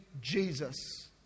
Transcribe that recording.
Jesus